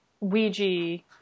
Ouija